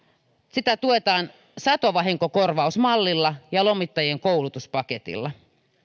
sitä tuetaan satovahinkokorvausmallilla ja lomittajien koulutuspaketilla